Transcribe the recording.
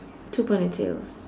two ponytails